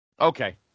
Okay